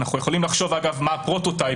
אגב, אנחנו יכולים לחשוב מה הפרוטוטייפ